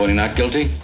not guilty.